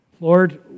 Lord